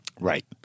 Right